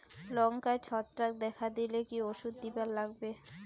লঙ্কায় ছত্রাক দেখা দিলে কি ওষুধ দিবার লাগবে?